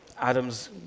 Adams